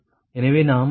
எனவே நாம் Pg1161